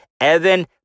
Evan